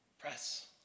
press